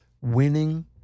winning